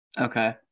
Okay